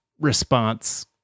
response